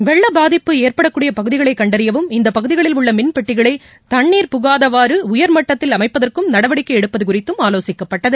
வெள்ள பாதிப்பு ஏற்படக்கூடிய பகுதிகளை கண்டறியவும் இந்த பகுதிகளில் உள்ள மின்பெட்டிகளை தண்ணீர் புகாதவாறு உயர்மட்டத்தில் அமைப்பதற்கும் நடவடிக்கை எடுக்குமாறு ஆலோசிக்கப்பட்டது